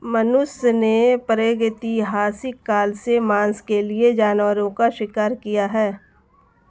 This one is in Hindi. मनुष्यों ने प्रागैतिहासिक काल से मांस के लिए जानवरों का शिकार किया है